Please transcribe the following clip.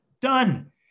done